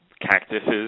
cactuses